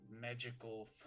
magical